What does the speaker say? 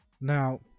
Now